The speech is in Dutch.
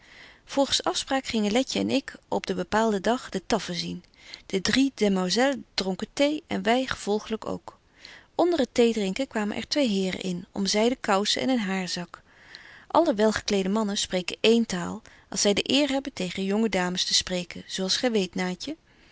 volgens afspraak gingen letje en ik op den bepaalden dag de taffen zien de drie desmoiselles dronken thee en wy gevolglyk ook onder het theedrinken kwamen er twee heren in om zyden koussen en een hairzak alle welgekleedde mannen spreken één taal als zy de eer hebben tegen jonge damens te spreken zo als gy weet